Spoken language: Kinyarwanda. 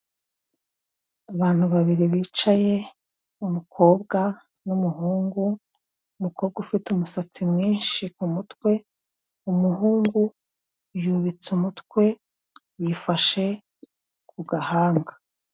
Abantu babiri bicaye umukobwa n'umuhungu, umukobwa ufite umusatsi mwinshi ku mutwe, umuhungu yubitse umutwe yifashe ku gahanga.